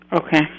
Okay